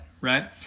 right